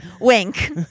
Wink